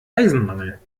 eisenmangel